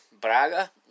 Braga